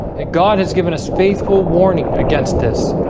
and god has given us faithful warning against this